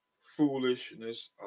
foolishness